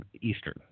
Eastern